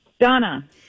Donna